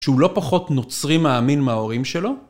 שהוא לא פחות נוצרי מאמין מההורים שלו?